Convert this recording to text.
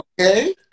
Okay